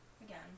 Again